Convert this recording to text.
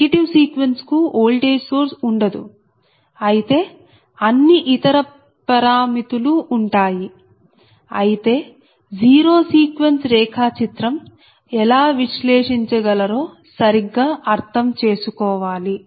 negative sequence కు voltage source ఉండదు అయితే అన్ని ఇతర పరామితులు ఉంటాయి అయితే జీరో సీక్వెన్స్ రేఖాచిత్రం ఎలా విశ్లేషించగలరో సరిగ్గా అర్థం చేసుకోవాలి